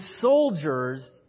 soldier's